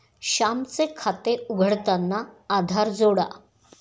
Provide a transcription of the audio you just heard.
श्यामचे खाते उघडताना आधार जोडा